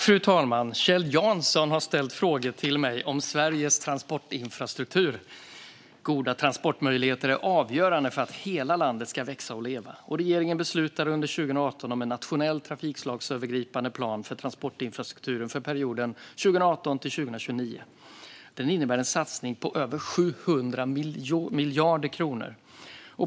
Fru talman! Kjell Jansson har ställt frågor till mig om Sveriges transportinfrastruktur. Goda transportmöjligheter är avgörande för att hela landet ska växa och leva. Regeringen beslutade under 2018 om en nationell trafikslagsövergripande plan för transportinfrastrukturen för perioden 2018-2029. Den innebär en satsning på över 700 miljarder kronor.